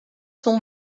sont